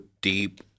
deep